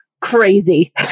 Crazy